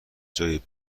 جای